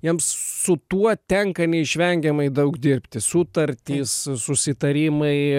jiems su tuo tenka neišvengiamai daug dirbti sutartys susitarimai